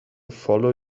follow